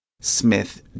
Smith